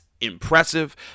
impressive